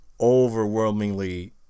overwhelmingly